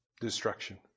Destruction